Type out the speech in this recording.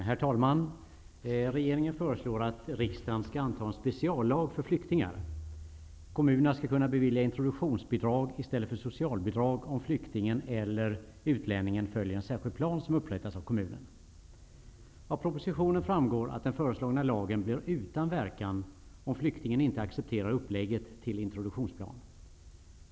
Herr talman! Regeringen föreslår att riksdagen skall anta en speciallag för flyktingar. Kommunerna skall kunna bevilja introduktionsbidrag i stället för socialbidrag, om flyktingen eller utlänningen följer en särskild plan som upprättats av kommunen. Av propositionen framgår att den föreslagna lagen blir utan verkan, om flyktingen inte accepterar upplägget till introduktionsplan.